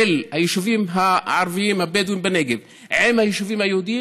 היישובים הערביים הבדואים בנגב עם היישובים היהודיים,